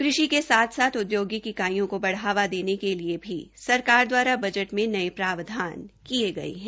कृषि के साथ साथ औद्योगिक इकाईयों को बढ़ावा देने के लिए भी सरकार द्वारा बजट में नए प्रावधान किए गए हैं